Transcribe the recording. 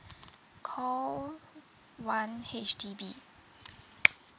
call one H_D_B